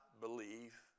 believe